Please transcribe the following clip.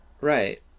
Right